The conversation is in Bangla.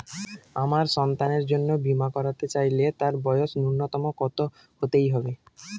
আমার সন্তানের জন্য বীমা করাতে চাইলে তার বয়স ন্যুনতম কত হতেই হবে?